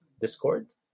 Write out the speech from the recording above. discord